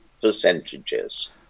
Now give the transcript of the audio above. percentages